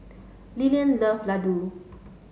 Lillian love Ladoo